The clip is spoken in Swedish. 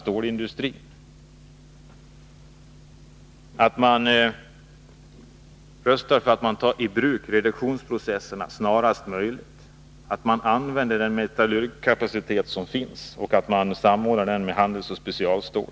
Det innebär att vi röstar för att man tar i bruk reduktionsprocesserna snarast möjligt, att man använder den metallurgikapacitet som finns och att man samordnar den med handelsoch specialstål.